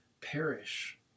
perish